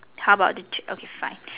how about the chair okay fine